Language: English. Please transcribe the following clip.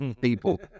people